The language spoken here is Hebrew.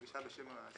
המפלגה מגישה בשם הסיעה.